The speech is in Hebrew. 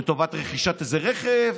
לטובת רכישת איזה רכב,